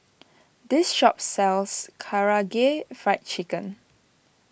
this shop sells Karaage Fried Chicken